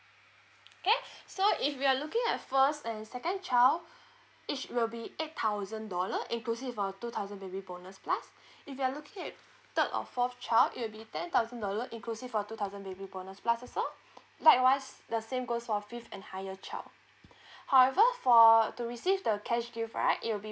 okay so if we are looking at first and second child each will be eight thousand dollar inclusive of two thousand baby bonus plus if you're looking at third or fourth chop it will be ten thousand dollar inclusive of two thousand baby bonus plus also like wise the same goes for fifth and higher child however for to receive the cash gift right it will be